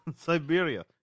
Siberia